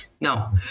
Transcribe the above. Now